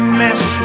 mess